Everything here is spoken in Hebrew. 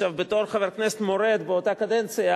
בתור חבר כנסת מורד באותה קדנציה,